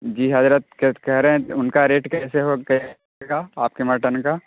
جی حضرت کہہ رہے ہیں ان کا ریٹ کیسے ہو کے رہے گا آپ کے مٹن کا